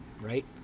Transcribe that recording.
right